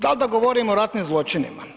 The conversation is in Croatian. Da li da govorim o ratnim zločinima?